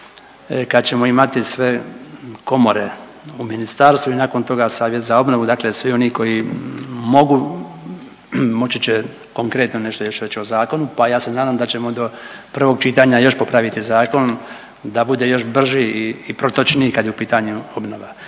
kad ćemo imati sve komore u ministarstvu i nakon toga savjet za obnovu. Dakle, svi koji mogu moći će konkretno nešto još reći o zakonu, pa ja se nadam da ćemo do prvog čitanja još popraviti zakon da bude još brži i protočniji kad je u pitanju obnova.